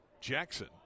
Jackson